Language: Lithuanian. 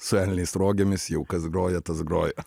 su elniais rogėmis jau kas groja tas groja